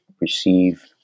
receive